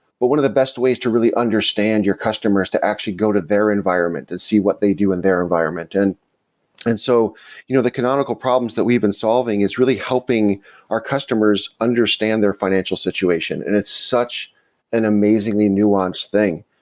but one of the best ways to really understand your customers, to actually go to their environment and see what they do in their environment. and and so you know the canonical problems that we've been solving is really helping our customers understand their financial situation. and it's such an amazingly nuanced thing.